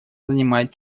занимает